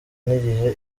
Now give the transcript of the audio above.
n’igihe